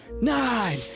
nine